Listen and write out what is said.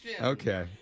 Okay